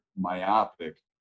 myopic